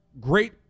Great